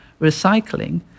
recycling